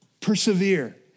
Persevere